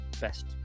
best